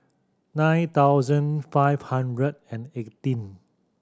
nine thousand five hundred and eighteen